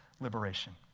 liberation